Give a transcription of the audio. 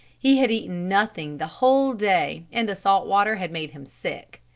he had eaten nothing the whole day and the salt water had made him sick.